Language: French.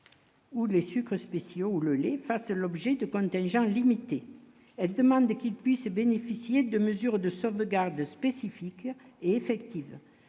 Ou les sucres spéciaux ou le lait, fasse l'objet de contingent limité demandé qu'il puisse bénéficier de mesures de sauvegarde spécifique effective,